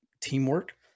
teamwork